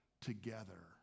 together